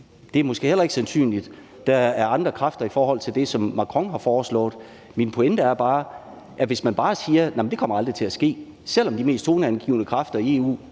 Det er måske heller ikke sandsynligt. Der er andre kræfter i forhold til det, som Macron har foreslået. Min pointe er bare, at jeg, hvis man bare siger, at det aldrig kommer til at ske, selv om de mest toneangivende kræfter i EU